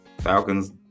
Falcons